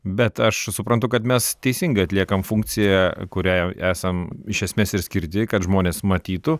bet aš suprantu kad mes teisingai atliekame funkciją kuriai esam iš esmės ir skirti kad žmonės matytų